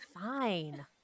fine